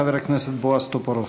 חבר הכנסת בועז טופורובסקי.